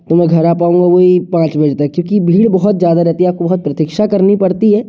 तो मैं घर आ पाऊँगा वही पाँच बजे तक क्योंकि भीड़ बहुत ज़्यादा रहती है आपको बहुत प्रतिक्षा करनी पड़ती है